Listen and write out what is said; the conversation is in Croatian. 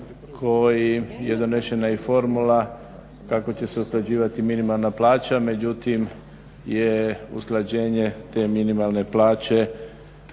kojim je donesena i formula kako će se utvrđivati minimalna plaća međutim je usklađenje te minimalne plaće